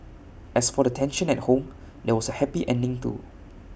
as for the tension at home there was A happy ending too